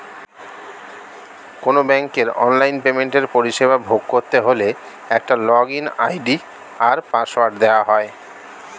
কোনো ব্যাংকের অনলাইন পেমেন্টের পরিষেবা ভোগ করতে হলে একটা লগইন আই.ডি আর পাসওয়ার্ড দেওয়া হয়